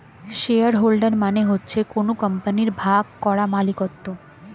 share holder মানে হচ্ছে কোন কোম্পানির ভাগ করা মালিকত্ব